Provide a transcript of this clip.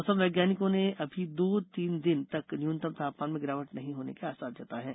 मौसम विज्ञानिकों ने अभी दो तीन दिन तक न्यूनतम तापमान में गिरावट नहीं होने के आसार जताए हैं